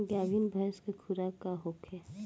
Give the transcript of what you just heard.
गाभिन भैंस के खुराक का होखे?